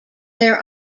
their